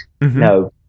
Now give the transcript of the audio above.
No